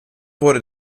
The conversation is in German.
wurde